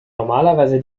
normalerweise